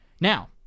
Now